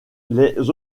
les